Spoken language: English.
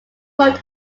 wrote